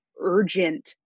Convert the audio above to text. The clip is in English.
urgent